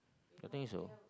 I think so